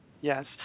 Yes